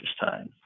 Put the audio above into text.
time